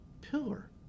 pillar